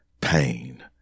pain